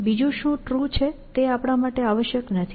બીજું શું ટ્રુ છે તે આપણા માટે આવશ્યક નથી